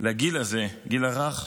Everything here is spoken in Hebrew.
לגיל הזה, הגיל הרך,